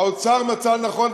האוצר מצא לנכון,